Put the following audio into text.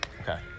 okay